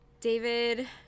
David